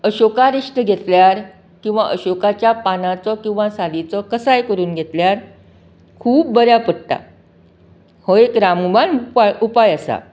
अशोका रिश्ट घेतल्यार किंवा अशोकाच्या पानांचो किंवां शालीचो कसाय करून घेतल्यार खूब बऱ्या पडटा हो एक रामबाण उपाय उपाय आसा